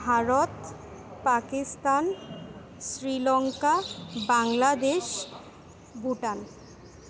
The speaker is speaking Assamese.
ভাৰত পাকিস্তান শ্ৰীলংকা বাংলাদেশ ভূটান